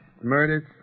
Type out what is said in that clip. murders